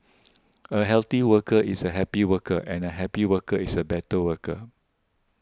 a healthy worker is a happy worker and a happy worker is a better worker